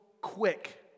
quick